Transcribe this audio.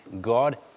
God